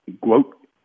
quote